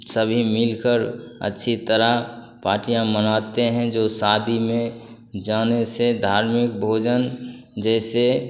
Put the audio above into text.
सभी मिलकर अच्छी तरह पार्टियाँ मनाते हैं जो शादी में जाने से धार्मिक भोजन जैसे